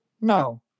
No